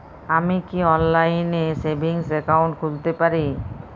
আমি কি অনলাইন এ সেভিংস অ্যাকাউন্ট খুলতে পারি?